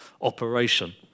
operation